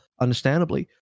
understandably